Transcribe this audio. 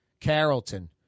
Carrollton